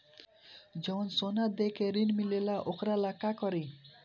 जवन सोना दे के ऋण मिलेला वोकरा ला का करी?